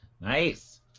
Nice